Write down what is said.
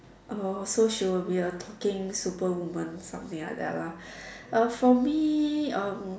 oh so she will be a talking super women something like that lah uh for me um